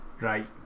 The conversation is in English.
right